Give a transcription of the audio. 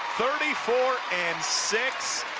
thirty four and six.